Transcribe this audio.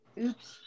Oops